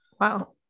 Wow